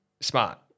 smart